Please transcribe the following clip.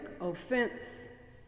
offense